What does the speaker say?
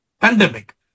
pandemic